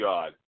God